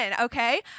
okay